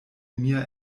mia